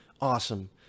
Awesome